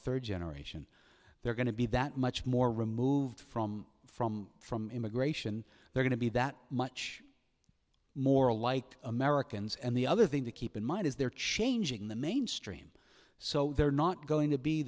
third generation they're going to be that much more removed from from from immigration they're going to be that much more like americans and the other thing to keep in mind is they're changing the mainstream so they're not going to be